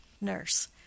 nurse